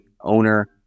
owner